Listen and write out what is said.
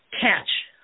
catch